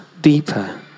deeper